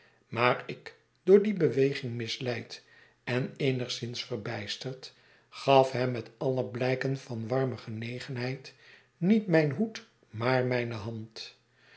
maar ik door die beweging misleid en eenigszins verbijsterd gaf hem met alle blijken van warme genegenheid niet mijn hoed maar mijne hand